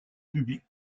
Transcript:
public